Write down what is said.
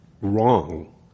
wrong